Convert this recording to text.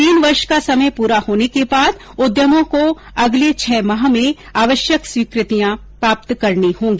तीन वर्ष का समय पूरा होने के बाद उद्यमों को अगले छह माह में आवश्यक स्वीकृतियां प्राप्त करनी होगी